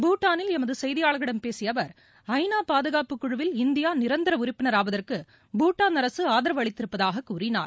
பூட்டானில் எமது செய்தியாளரிடம் பேசிய அவர் ஐ நா பாதுகாப்புக்குழுவில் இந்தியா நிரந்தர உறுப்பினராவதற்கு பூட்டான் அரசு ஆதரவு அளித்திருப்பதாக கூறினார்